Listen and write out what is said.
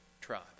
tribe